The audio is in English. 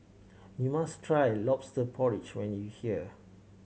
you must try Lobster Porridge when you here